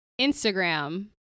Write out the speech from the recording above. Instagram